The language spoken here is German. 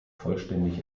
vollständig